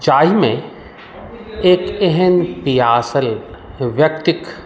जाहिमे एक एहन पियासल व्यक्तिके